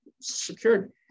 secured